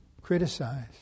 criticize